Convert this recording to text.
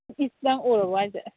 ꯏꯁ ꯅꯪ ꯎꯔꯕꯣ ꯍꯥꯏꯁꯦ